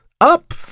Up